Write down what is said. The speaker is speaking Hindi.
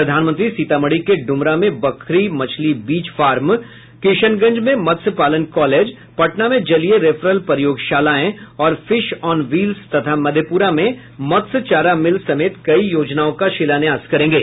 प्रधानमंत्री सीतामढ़ी के डुमरा में बखरी मछली बीज फार्म किशनगंज में मत्स्यपालन कॉलेज पटना में जलीय रेफरल प्रयोगशालाएं और फिश ऑन व्हील्स तथा मधेप्रा में मत्स्य चारा मिल समेत कई योजनाओं का शिलान्यास करेंगे